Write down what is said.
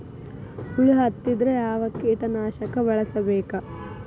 ಹುಳು ಹತ್ತಿದ್ರೆ ಯಾವ ಕೇಟನಾಶಕ ಬಳಸಬೇಕ?